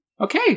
Okay